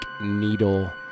needle